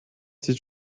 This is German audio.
sieht